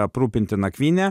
aprūpinti nakvyne